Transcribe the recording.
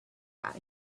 out